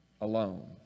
Alone